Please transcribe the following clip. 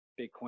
Bitcoin